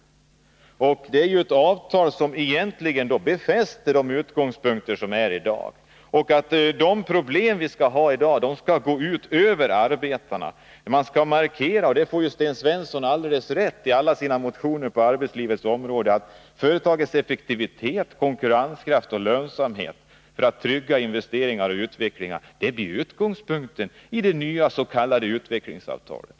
Det är ett avtal som egentligen befäster vilka utgångspunkterna är i dag och att de problem som finns skall gå ut över arbetarna. Det måste markeras — och där får Sten Svensson rätt, med alla sina motioner på arbetslivets område — att företagens effektivitet, konkurrenskraft och lönsamhet för att trygga investeringar och utveckling, blir utgångspunkten i det nya s.k. utvecklingsavtalet.